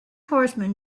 horseman